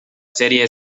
serie